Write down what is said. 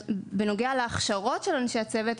בנוגע להכשרות של אנשי הצוות,